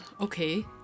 Okay